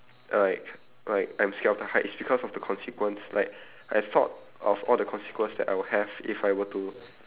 like like I'm scared of the height is because of the consequence like I thought of all the consequence that I would have if I were to